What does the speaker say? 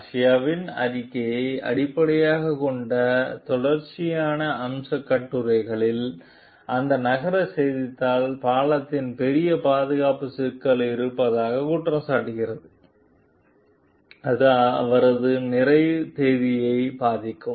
கார்சியாவின் அறிக்கையை அடிப்படையாகக் கொண்ட தொடர்ச்சியான அம்சக் கட்டுரைகளில் அந்த நகர செய்தித்தாள் பாலத்தில் பெரிய பாதுகாப்பு சிக்கல்கள் இருப்பதாக குற்றம் சாட்டுகிறது அது அவரது நிறைவு தேதியை பாதிக்கும்